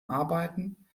arbeiten